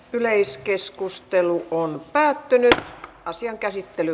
yleiskeskustelu päättyi ja asian käsittely